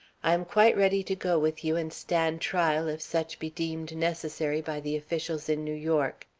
i am quite ready to go with you and stand trial, if such be deemed necessary by the officials in new york.